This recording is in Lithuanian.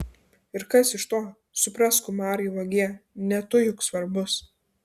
ir kas iš to suprask umarai vagie ne tu juk svarbus